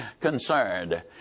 concerned